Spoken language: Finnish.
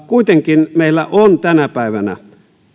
kuitenkin meillä on tänä päivänä